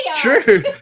true